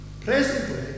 Presently